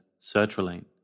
sertraline